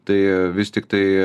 tai vis tiktai